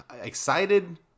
Excited